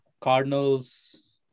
Cardinals